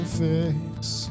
face